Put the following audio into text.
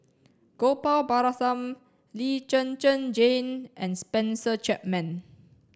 Gopal Baratham Lee Zhen Zhen Jane and Spencer Chapman